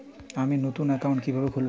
আমি নতুন অ্যাকাউন্ট কিভাবে খুলব?